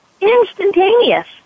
instantaneous